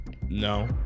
No